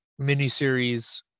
miniseries